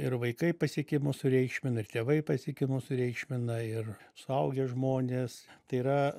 ir vaikai pasiekimus sureikšmina ir tėvai pasiekimus sureikšmina ir suaugę žmonės tai yra